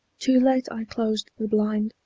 too late i closed the blind!